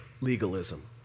legalism